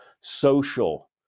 social